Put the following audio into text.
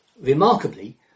Remarkably